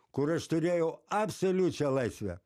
kur aš turėjau absoliučią laisvę